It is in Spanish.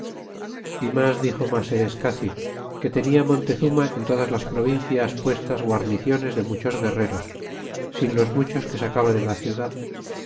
y mas dixo maseescaci que tenia montezuma en todas las provincias puestas guarniciones de muchos guerreros sin los muchos que sacaba de la ciudad